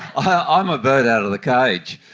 i'm a bird out of the cage.